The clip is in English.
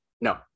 No